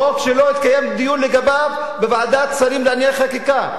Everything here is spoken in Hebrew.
חוק שלא קוים דיון לגביו בוועדת שרים לענייני חקיקה.